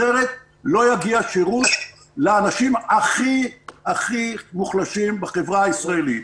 אחרת לא יגיע שירות לאנשים הכי הכי מוחלשים בחברה הישראלית.